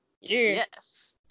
yes